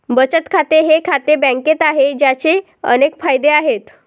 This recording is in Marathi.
बचत खाते हे खाते बँकेत आहे, ज्याचे अनेक फायदे आहेत